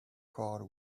card